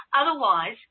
Otherwise